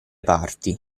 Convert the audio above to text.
parti